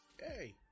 hey